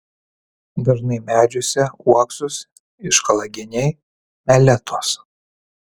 dažnai medžiuose uoksus iškala geniai meletos